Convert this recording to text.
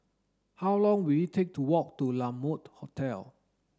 how long will it take to walk to La Mode Hotel